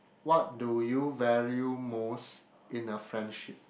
what do you value most in a friendship